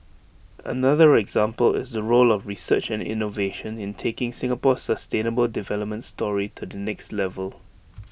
another example is the role of research and innovation in taking Singapore's sustainable development story to the next level